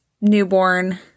newborn